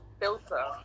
filter